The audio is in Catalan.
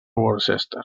worcester